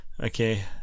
Okay